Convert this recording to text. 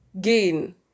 Gain